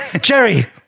Jerry